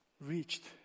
reached